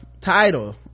title